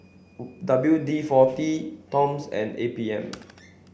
W D forty Toms and A P M